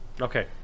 Okay